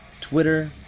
Twitter